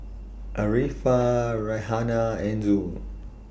Arifa Raihana and Zul